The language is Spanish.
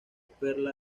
perla